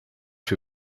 für